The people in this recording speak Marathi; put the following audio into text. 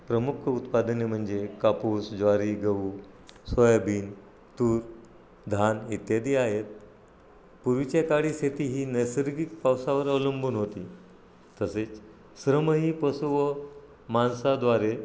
प्रमुख उत्पादने म्हणजे कापूस ज्वारी गहू सोयाबीन तूर धान्य इत्यादी आहेत पूर्वीच्या काळी शेती ही नैसर्गिक पावसावर अवलंबून होती तसेच श्रमही पशु व माणसाद्वारे